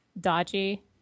dodgy